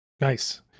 Nice